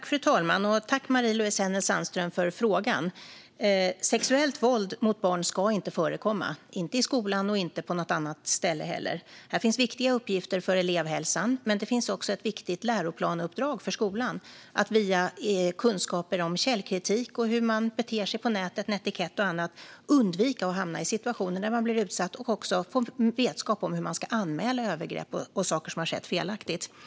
Fru talman! Tack, Marie-Louise Hänel Sandström, för frågan! Sexuellt våld mot barn ska inte förekomma, inte i skolan och inte på något annat ställe heller. Här finns viktiga uppgifter för elevhälsan. Här finns också ett viktigt läroplansuppdrag för skolan att via kunskaper om källkritik, hur man beter sig på nätet, netikett och annat se till att barn kan undvika att hamna i situationer där de blir utsatta och att de också får vetskap om hur övergrepp och saker som skett felaktigt ska anmälas.